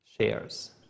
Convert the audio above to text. shares